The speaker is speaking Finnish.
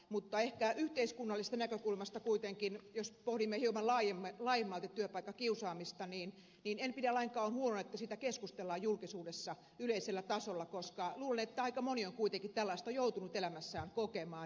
mutta ehkä yhteiskunnallisesta näkökulmasta kuitenkaan jos pohdimme hieman laajemmalti työpaikkakiusaamista en pidä lainkaan huonona että siitä keskustellaan julkisuudessa yleisellä tasolla koska luulen että aika moni on kuitenkin tällaista joutunut elämässään kokemaan